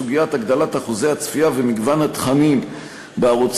סוגיית הגדלת אחוזי הצפייה ומגוון התכנים בערוצי